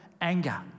anger